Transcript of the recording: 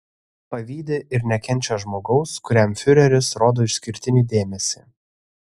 pavydi ir nekenčia žmogaus kuriam fiureris rodo išskirtinį dėmesį